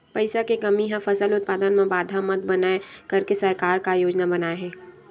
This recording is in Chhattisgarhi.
पईसा के कमी हा फसल उत्पादन मा बाधा मत बनाए करके सरकार का योजना बनाए हे?